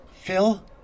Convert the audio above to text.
Phil